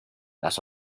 las